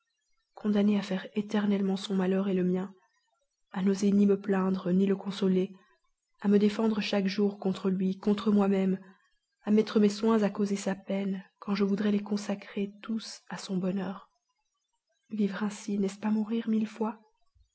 condamnée à faire éternellement son malheur et le mien à n'oser ni me plaindre ni le consoler à me défendre chaque jour contre lui contre moi-même à mettre mes soins à causer sa peine quand je voudrais les consacrer tous à son bonheur vivre ainsi n'est-ce pas mourir mille fois